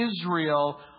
Israel